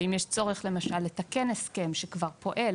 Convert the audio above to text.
אם יש צורך למשל בתיקון של הסכם שכבר פועל,